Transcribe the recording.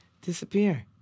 disappear